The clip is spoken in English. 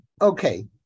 Okay